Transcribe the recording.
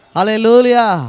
Hallelujah